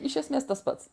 iš esmės tas pats